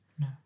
No